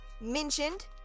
mentioned